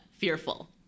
fearful